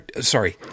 sorry